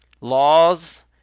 laws